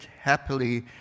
happily